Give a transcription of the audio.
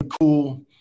cool